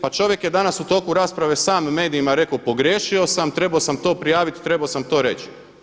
Pa čovjek je danas u toku rasprave sam medijima rekao pogriješio sam, trebao sam to prijaviti, trebao sam to reći.